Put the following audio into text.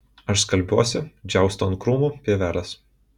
aš skalbiuosi džiaustau ant krūmų pievelės